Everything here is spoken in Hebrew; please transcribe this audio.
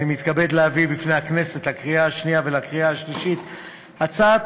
אני מתכבד להביא בפני הכנסת לקריאה שנייה ולקריאה שלישית הצעת